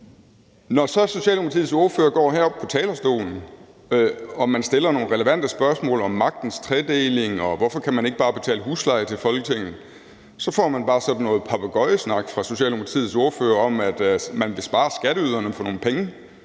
så Socialdemokratiets ordfører går herop på talerstolen og man stiller nogle relevante spørgsmål om magtens tredeling og om, hvorfor man ikke bare kan betale husleje til Folketinget, så får man bare sådan noget papegøjesnak fra Socialdemokratiets ordfører om, at man vil spare skatteyderne for nogle penge,